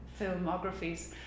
filmographies